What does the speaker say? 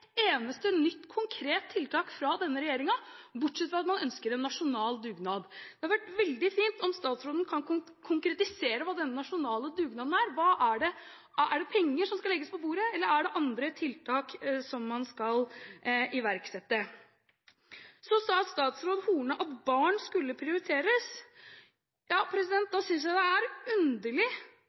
eneste nytt, konkret tiltak fra denne regjeringen, bortsett fra at man ønsker en nasjonal dugnad. Det hadde vært veldig fint om statsråden kan konkretisere hva denne nasjonale dugnaden er. Er det penger som skal legges på bordet, eller er det andre tiltak man skal iverksette? Så sa statsråd Horne at barn skulle prioriteres. Da synes jeg det er underlig